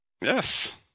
Yes